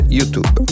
YouTube